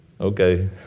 Okay